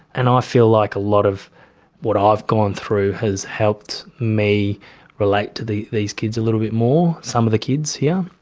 and i feel like a lot of what i've gone through has helped me relate to these kids a little bit more, some of the kids here.